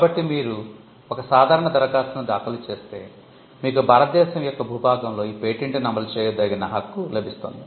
కాబట్టి మీరు ఒక సాధారణ దరఖాస్తును దాఖలు చేస్తే మీకు భారతదేశం యొక్క భూభాగంలో ఈ పేటెంట్ ను అమలు చేయదగిన హక్కు లభిస్తుంది